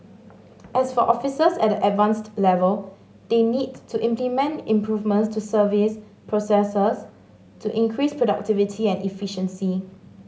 as for officers at the Advanced level they need to implement improvements to service processes to increase productivity and efficiency